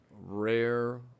rare